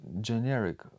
generic